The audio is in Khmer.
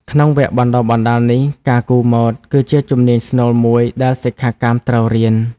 ក្នុងវគ្គបណ្តុះបណ្តាលនេះ ការគូរម៉ូដ គឺជាជំនាញស្នូលមួយដែលសិក្ខាកាមត្រូវរៀន។